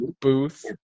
Booth